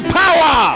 power